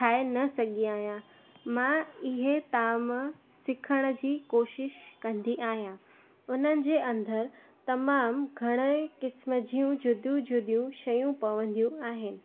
ठाहे न सघी आहियां मां इहे ताम सिखण जी कोशिश कंदी आहियां उन्हनि जे अंदरि तमामु घणे क़िस्म जूं जुदियूं जुदियूंं शयूं पवंदियूं आहिनि